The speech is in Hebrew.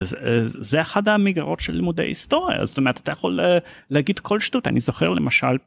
זה אחד המגרעות של לימודי היסטוריה, זאת אומרת, אתה יכול להגיד כל שטות. אני זוכר למשל.